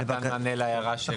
מתן מענה להערה של PayPal.